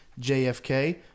JFK